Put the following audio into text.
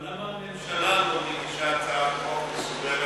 אבל למה הממשלה לא מגישה הצעת חוק מסודרת?